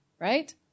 right